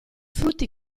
frutti